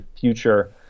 future